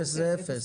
אפס זה אפס.